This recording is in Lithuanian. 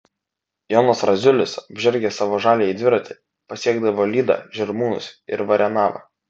jonas radziulis apžergęs savo žaliąjį dviratį pasiekdavo lydą žirmūnus ir varenavą